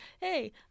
hey